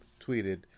tweeted